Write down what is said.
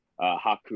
Haku